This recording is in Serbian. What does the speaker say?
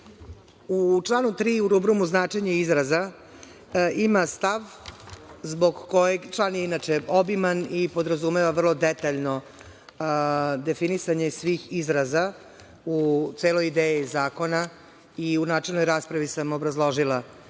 članu 3. u rubrumu značenje izraza ima stav zbog kojeg… Član je inače obiman i podrazumeva vrlo detaljno definisanje svih izraza u celoj ideji zakona i u načelnoj raspravi sam obrazložila